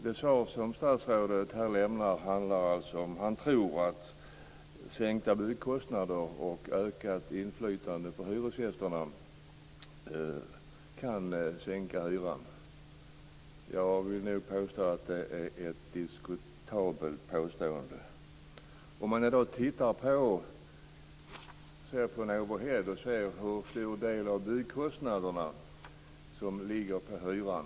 Det svar som statsrådet lämnar handlar om att han tror att sänkta byggkostnader och ökat inflytande för hyresgästerna kan sänka hyran. Jag vill nog påstå att det är ett diskutabelt påstående. Man kan titta på hur stor del av byggkostnaderna som ligger på hyran.